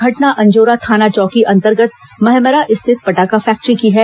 घटना अंजोरा थाना चौकी अंतर्गत महमरा स्थित पटाखा फैक्ट्री की है